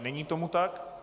Není tomu tak.